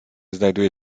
znajduje